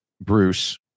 Bruce